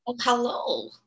Hello